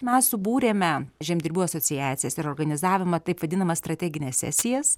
mes subūrėme žemdirbių asociacijas ir organizavimą taip vadinamas strategines sesijas